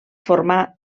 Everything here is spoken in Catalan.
formar